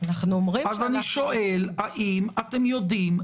אנחנו אומרים שאנחנו עושים --- אז אני שואל: האם אתם יודעים?